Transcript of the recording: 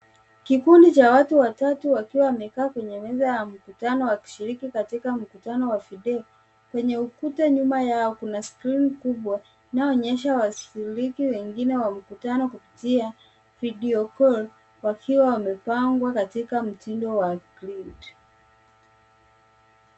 Kikundi cha watu watatu wakiwa wamekaa kwenye meza ya mkutano wakishiriki katika mkutano wa video. Kwenye ukuta nyuma yao kuna skrini kubwa unaoonyesha washiriki wengine wa mkutano kupitia video call wakiwa wamepangwa katika mtindo wa grid .